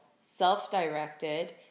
self-directed